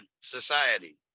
society